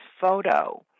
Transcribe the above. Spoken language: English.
photo